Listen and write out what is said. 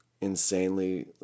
insanely